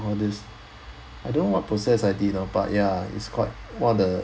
all this I don't know what process I did ah but ya it's quite quite the